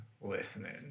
listening